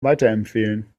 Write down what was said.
weiterempfehlen